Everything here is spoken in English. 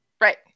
Right